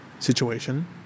situation